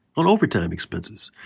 on overtime expenses.